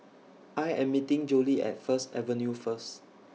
I Am meeting Jolie At First Avenue First